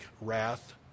wrath